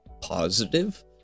positive